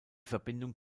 verbindung